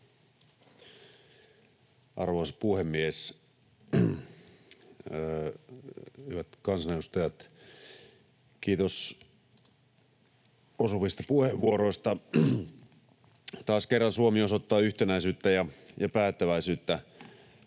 Arvoisa puhemies! Hyvät kansanedustajat, kiitos osuvista puheenvuoroista. Taas kerran Suomi osoittaa yhtenäisyyttä ja päättäväisyyttä